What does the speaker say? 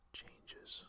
changes